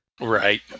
right